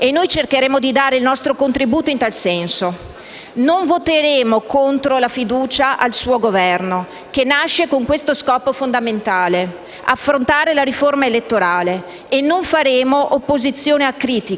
e a dare il nostro apporto ai provvedimenti che saranno utili nell'interesse del Paese.